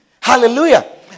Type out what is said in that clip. Hallelujah